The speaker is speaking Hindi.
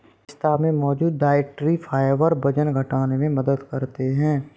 पिस्ता में मौजूद डायट्री फाइबर वजन घटाने में मदद करते है